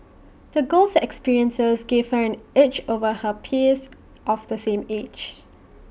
the girl's experiences gave her an edge over her peers of the same age